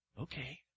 Okay